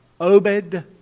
Obed